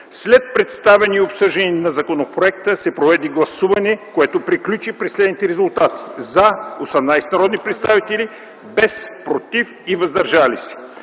След представяне и обсъждане на законопроекта се проведе гласуване, което приключи при следните резултати: „за” – 18 народни представители, без „против” и „въздържали се”.